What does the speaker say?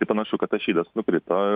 tai panašu kad tas šydas nukrito